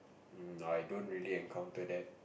um I don't really encounter that